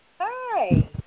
Hi